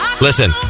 Listen